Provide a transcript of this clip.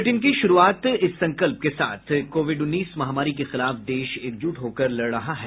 bulletin की शुरूआत इस संकल्प के साथ कोविड उन्नीस महामारी के खिलाफ देश एकजुट होकर लड़ रहा है